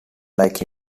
like